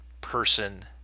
person